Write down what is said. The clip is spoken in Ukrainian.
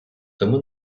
тому